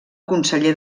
conseller